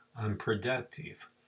unproductive